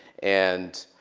and